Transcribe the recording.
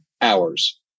hours